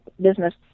business